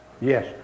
yes